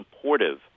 supportive